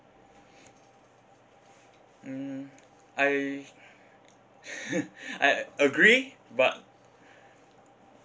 mm I I agree but